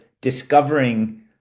discovering